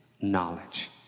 knowledge